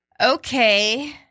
Okay